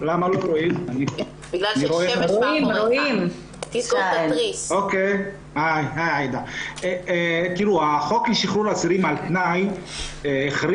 מציין את זה כי בעצם השחרור המינהלי הוא עוקף